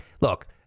look